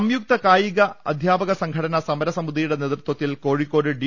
സംയുക്ത കായിക അധ്യാപകസംഘടന സമര സമിതിയുടെ നേ തൃത്വത്തിൽ കോഴിക്കോട്ട് ഡി